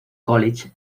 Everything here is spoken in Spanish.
college